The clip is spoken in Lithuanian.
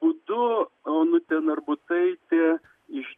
būdu onutė narbutaitė iš